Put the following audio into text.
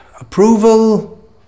approval